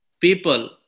people